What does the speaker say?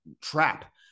trap